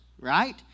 right